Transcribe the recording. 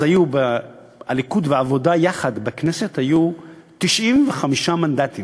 אז היו לליכוד ולעבודה יחד בכנסת 95 מנדטים,